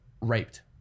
raped